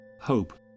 hope